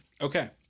Okay